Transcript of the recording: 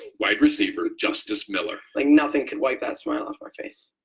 wide receiver justice miller. like nothing could wipe that smile off my face.